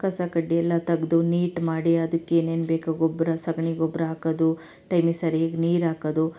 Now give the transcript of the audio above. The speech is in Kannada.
ಕಸಕಡ್ಡಿಯೆಲ್ಲ ತೆಗ್ದು ನೀಟ್ ಮಾಡಿ ಅದಕ್ಕೆ ಏನೇನು ಬೇಕೋ ಗೊಬ್ಬರ ಸಗಣಿ ಗೊಬ್ಬರ ಹಾಕೋದು ಟೈಮಿಗೆ ಸರೀಗೆ ನೀರು ಹಾಕೋದು